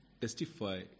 testify